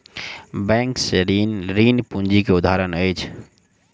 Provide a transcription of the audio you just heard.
bank से ऋण, ऋण पूंजी के उदाहरण अछि